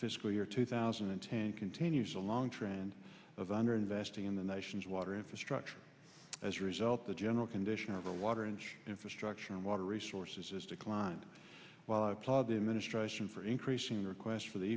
fiscal year two thousand and ten continues a long trend of under investing in the nation's water infrastructure as a result the general condition of the water and infrastructure and water resources has declined while i applaud the administration for increasing requests for the